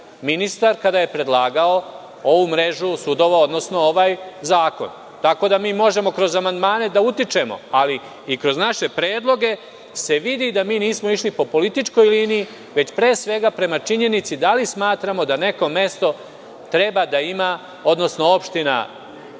ministar kada je predlagao ovu mrežu sudova, odnosno ovaj zakon. Mi možemo kroz amandmane da utičemo i kroz naše predloge se vidi da mi nismo išli po političkoj liniji, već pre svega prema činjenici da li smatramo da neko mesto, odnosno opština,